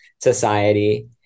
society